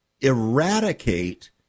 eradicate